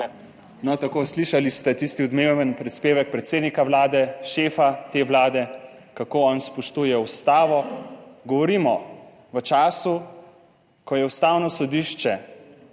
tako, slišali ste tisti odmeven prispevek predsednika vlade, šefa te vlade, kako on spoštuje Ustavo. Govorimo v času, ko je Ustavno sodišče